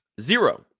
Zero